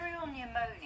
pneumonia